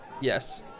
Yes